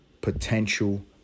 potential